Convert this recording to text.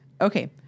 Okay